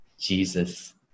Jesus